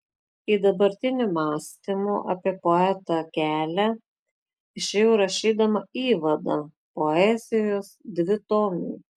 į dabartinio mąstymo apie poetą kelią išėjau rašydama įvadą poezijos dvitomiui